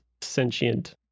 sentient